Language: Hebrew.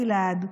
גלעד,